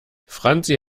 franzi